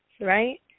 right